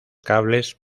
cables